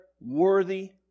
worthy